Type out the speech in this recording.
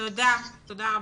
תודה רבה.